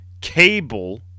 Cable